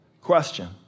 Question